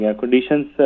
conditions